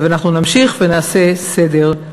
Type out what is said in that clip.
אנחנו נמשיך ונעשה סדר,